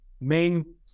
main